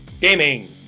gaming